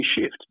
shift